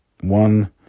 One